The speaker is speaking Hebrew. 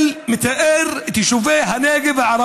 שיגנה את הפיגוע.